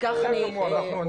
אני